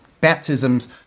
baptisms